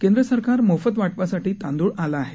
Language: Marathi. केंद्र सरकार मोफत वाटपासाठी तांदूळ आला आहे